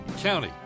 county